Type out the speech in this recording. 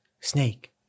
Snake